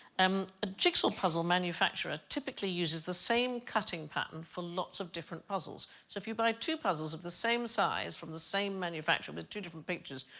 um a jigsaw puzzle manufacturer typically uses the same cutting pattern for lots of different puzzles so if you buy two puzzles of the same size from the same manufacturer with two different pictures,